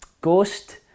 ghost